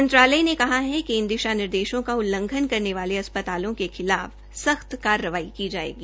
मंत्रालय ने कहा है कि इन दिशा निर्देशों का उल्लंघन करने वाले अस्पतालों के खिलाफ सख्त कार्रवाई की जायेगी